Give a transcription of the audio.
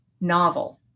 novel